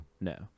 No